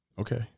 Okay